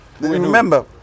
Remember